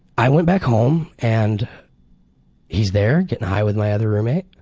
i went back home and he's there, getting high with my other roommate.